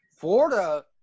Florida